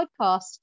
podcast